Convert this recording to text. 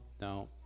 no